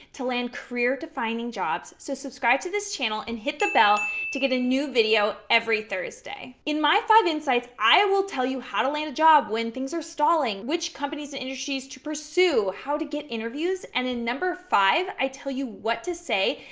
to land career-defining jobs. so subscribe to this channel and hit the bell, to get a new video every thursday. in my five insights, i will tell you how to land a job when things are stalling which companies and industries to pursue how to get interviews and in number five, i tell you what to say,